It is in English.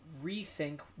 rethink